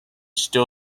still